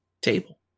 table